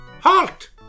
HALT